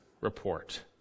report